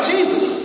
Jesus